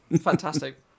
fantastic